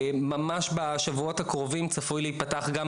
ממש בשבועות הקרובים צפוי להיפתח גם